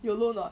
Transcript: you know or not